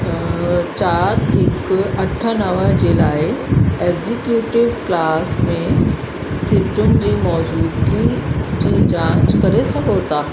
चारि हिकु अठ नव जे लाइ एग्ज़ीक्यूटिव क्लास में सीटुनि जी मौजूदगी जी जांच करे सघो था